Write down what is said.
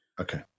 Okay